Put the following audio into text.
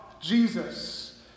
Jesus